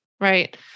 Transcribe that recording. right